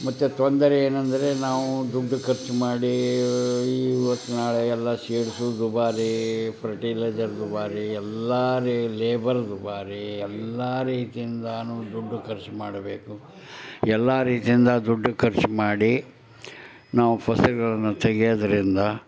ಮತ್ತು ತೊಂದರೆ ಏನಂದರೆ ನಾವು ದುಡ್ಡು ಖರ್ಚು ಮಾಡಿ ಇವತ್ತು ನಾಳೆ ಎಲ್ಲ ಸೇರಿಸೋ ದುಬಾರಿ ಫರ್ಟಿಲೈಝರ್ ದುಬಾರಿ ಎಲ್ಲ ಲೇಬರ್ ದುಬಾರಿ ಎಲ್ಲ ರೀತಿಯಿಂದನೂ ದುಡ್ಡು ಖರ್ಚು ಮಾಡಬೇಕು ಎಲ್ಲ ರೀತಿಯಿಂದ ದುಡ್ದು ಖರ್ಚು ಮಾಡಿ ನಾವು ಫಸಲ್ಗಳನ್ನು ತೆಗೆಯೋದ್ರಿಂದ